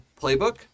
playbook